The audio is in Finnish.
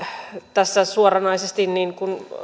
tässä suoranaisesti